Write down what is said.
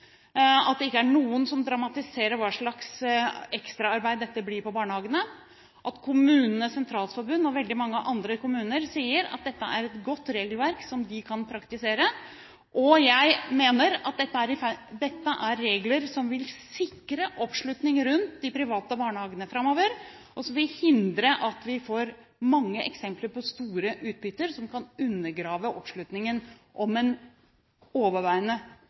at det ikke er noen som dramatiserer hva slags ekstraarbeid dette blir for barnehagene, og at KS og veldig mange kommuner sier at dette er et godt regelverk som de kan praktisere. Jeg mener at dette er regler som vil sikre oppslutning rundt de private barnehagene framover, og som vil hindre at vi får mange eksempler på store utbytter, som kan undergrave oppslutningen om en overveiende